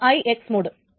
ഇത് IX mode